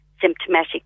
symptomatic